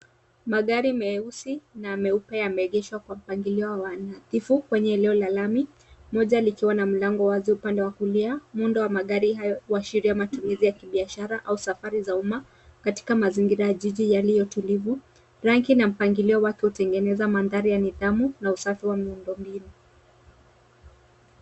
Magari meusi na meupe yameegeshwa kwa mpangilio wa nidifu kwenye eneo ya lami moja likiwa na mlango wazi upande wa kulia. Muundo wa magari hayo huashiria matumizi wa biashara au safari za umma katika mazingiria ya jiji yaliotulivu. Rangi na mpangilio wake utengeneza maandari ya nidamu na masafi wa miundobinu.